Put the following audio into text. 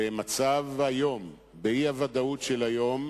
במצב היום, באי-ודאות של היום,